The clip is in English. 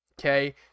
Okay